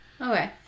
Okay